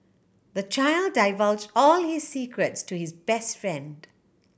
the child divulged all his secrets to his best friend